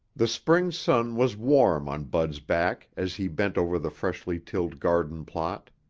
the spring sun was warm on bud's back as he bent over the freshly tilled garden plot.